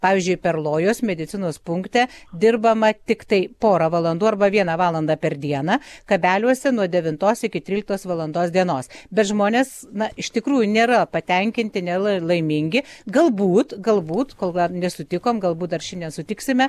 pavyzdžiui perlojos medicinos punkte dirbama tiktai porą valandų arba vieną valandą per dieną kabeliuose nuo devintos iki tryliktos valandos dienos bet žmonės na iš tikrųjų nėra patenkinti nela laimingi galbūt galbūt kol dar nesutikom galbūt dar šandien sutiksime